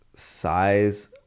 size